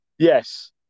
Yes